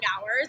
hours